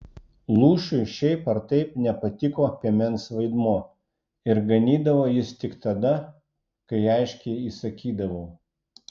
lūšiui šiaip ar taip nepatiko piemens vaidmuo ir ganydavo jis tik tada kai aiškiai įsakydavau